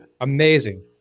Amazing